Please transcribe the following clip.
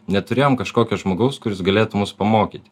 neturėjom kažkokio žmogaus kuris galėtų mus pamokyti